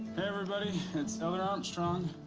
everybody, it's elder armstrong.